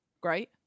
great